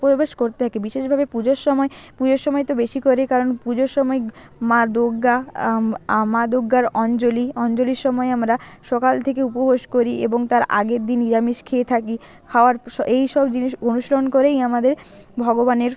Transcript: উপবাস করে থাকে বিশেষভাবে পুজোর সময় পুজোর সময় তো বেশি করে কারণ পুজোর সময় মা দূর্গা মা দূর্গার অঞ্জলি অঞ্জলির সময় আমরা সকাল থেকে উপবাস করি এবং তার আগের দিন নিরামিষ খেয়ে থাকি খাওয়ার এই সব জিনিস অনুশীলন করেই আমাদের ভগবানের